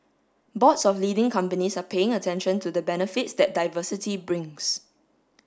boards of leading companies are paying attention to the benefits that diversity brings